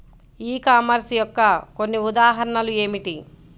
ఈ కామర్స్ యొక్క కొన్ని ఉదాహరణలు ఏమిటి?